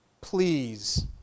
please